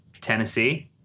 Tennessee